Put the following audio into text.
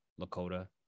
lakota